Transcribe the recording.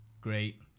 great